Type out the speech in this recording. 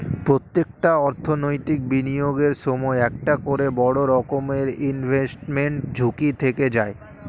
প্রত্যেকটা অর্থনৈতিক বিনিয়োগের সময় একটা করে বড় রকমের ইনভেস্টমেন্ট ঝুঁকি থেকে যায়